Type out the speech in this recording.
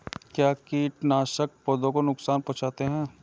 क्या कीटनाशक पौधों को नुकसान पहुँचाते हैं?